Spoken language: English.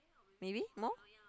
maybe more